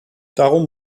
darum